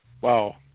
Wow